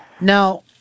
Now